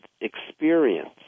experience